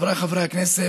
חבריי חברי הכנסת,